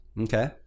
Okay